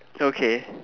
okay